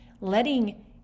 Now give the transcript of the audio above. letting